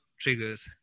triggers